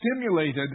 stimulated